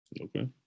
Okay